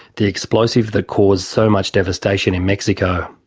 the explosive that caused so much devastation in mexico.